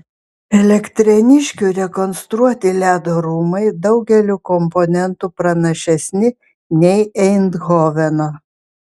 elektrėniškių rekonstruoti ledo rūmai daugeliu komponentų pranašesni nei eindhoveno